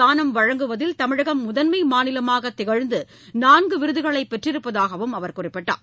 தானம் வழங்குவதில் தமிழகம் உடல் உறப்பு முதன்மைமாநிலமாகதிகழ்ந்துநான்குவிருதுகளைபெற்றிருப்பதாகவும் அவர் குறிப்பிட்டார்